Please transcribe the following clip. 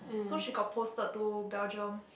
so she got posted to Belgium